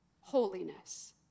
Holiness